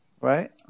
Right